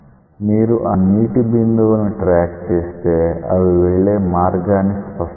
మీరు ఆ నీటి బిందువుల ని ట్రాక్ చేస్తే అవి వెళ్లే మార్గాన్ని స్పష్టంగా చూడవచ్చు